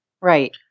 Right